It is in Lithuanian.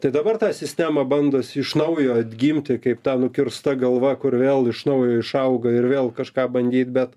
tai dabar ta sistema bandosi iš naujo atgimti kaip ta nukirsta galva kur vėl iš naujo išauga ir vėl kažką bandyt bet